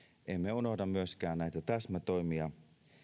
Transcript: emme unohda myöskään näitä täsmätoimia